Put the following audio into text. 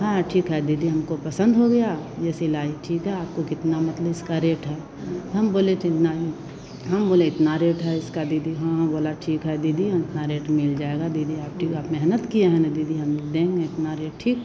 हाँ ठीक है दीदी हमको पसंद हो गया यह सिलाई ठीक है आपको कितना मतलब इसका रेट है हम बोले च नाही हम बोले इतना रेट है इसका दीदी हाँ हाँ बोले ठीक है दीदी हाँ इतना रेट मिल जाएगा दीदी आप टिक आप मेहनत किए हैं ना दीदी हम देंगे इतना रेट ठीक